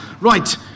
Right